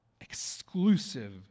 exclusive